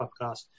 podcast